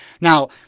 Now